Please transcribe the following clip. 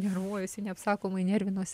nervuojuosi neapsakomai nervinuos